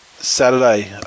Saturday